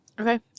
Okay